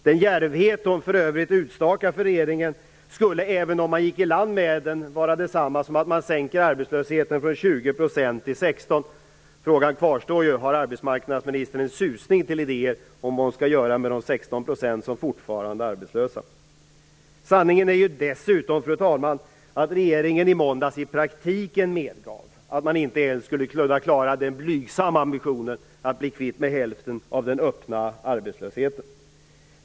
Den djärvheten skulle, även om man gick i land med den, vara detsamma som att sänka arbetslösheten från 20 % till 16 %. Frågan kvarstår: Har arbetsmarknadsministern en susning till idéer om vad hon skall göra med de 16 procenten fortsatt arbetslösa? Dessutom är sanningen att regeringen i måndags i praktiken medgav att man inte ens skulle kunna klara den blygsamma ambitionen att bli kvitt hälften av den öppna arbetslösheten.